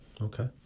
Okay